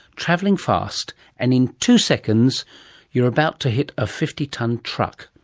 travelling fast and in two seconds you're about to hit a fifty tonne truck.